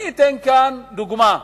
אני אתן כאן דוגמה: